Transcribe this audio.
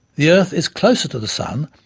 the earth is closer to the sun,